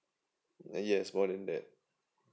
yes more than that